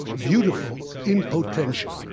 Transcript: beautiful in potentia,